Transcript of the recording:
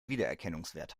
wiedererkennungswert